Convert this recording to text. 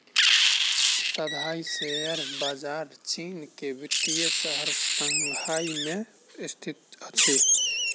Shanghai share बजार चीन के वित्तीय शहर शंघाई में स्थित अछि